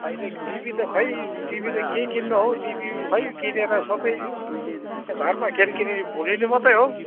होइन टिभी त खोइ टिभी त के किन्नु हौ टिभी खोइ किनेर सबै घरमा केटा केटी भुलिनु मात्र हो